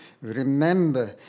Remember